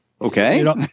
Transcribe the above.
Okay